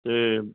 ਅਤੇ